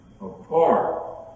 apart